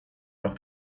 leurs